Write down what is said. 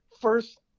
first